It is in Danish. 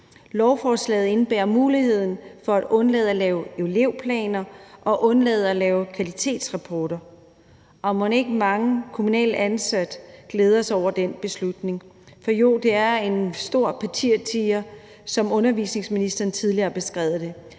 Lovforslaget indebærer muligheden for at undlade at lave elevplaner og undlade at lave kvalitetsrapporter, og mon ikke mange kommunalt ansatte glæder sig over den beslutning. For jo, det er en stor papirtiger, som undervisningsministeren tidligere har beskrevet det.